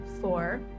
four